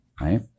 right